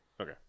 Okay